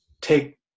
take